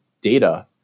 data